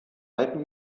alpen